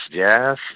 Yes